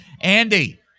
Andy